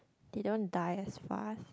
they don't die as fast